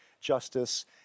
Justice